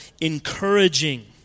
encouraging